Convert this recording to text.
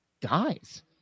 dies